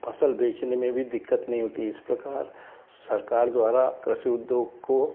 फसल बेचने में भी दिक्कत नहीं होती है इस प्रकार सरकार द्वारा कृषि उद्योग को